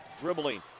dribbling